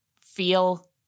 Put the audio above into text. feel